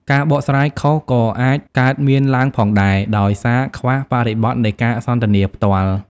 ការបកស្រាយខុសក៏អាចកើតមានឡើងផងដែរ ដោយសារខ្វះបរិបទនៃការសន្ទនាផ្ទាល់។